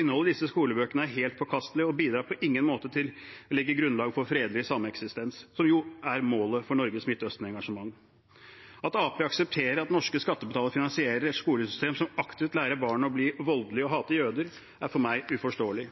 Innholdet i disse skolebøkene er helt forkastelig og bidrar på ingen måte til å legge grunnlaget for fredelig sameksistens, som jo er målet for Norges Midtøsten-engasjement. At Arbeiderpartiet aksepterer at norske skattebetalere finansierer et skolesystem som aktivt lærer barn å bli voldelige og hate jøder, er for meg uforståelig.